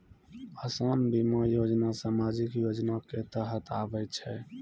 असान बीमा योजना समाजिक योजना के तहत आवै छै